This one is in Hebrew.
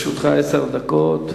לרשותך עשר דקות.